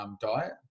diet